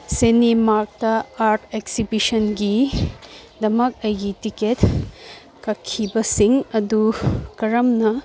ꯁꯤꯅꯤꯃꯥꯛꯇ art ꯑꯦꯛꯁꯤꯕꯤꯁꯟꯒꯤꯗꯃꯛ ꯑꯩꯒꯤ ticket ꯀꯛꯈꯤꯕꯁꯤꯡ ꯑꯗꯨ ꯀꯔꯝꯅ